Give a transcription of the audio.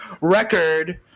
record